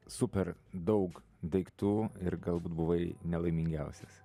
super daug daiktų ir galbūt buvai nelaimingiausias